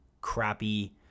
crappy